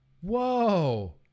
Whoa